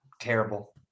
terrible